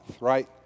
right